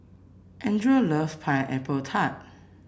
Andres loves Pineapple Tart